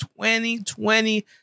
2020